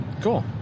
Cool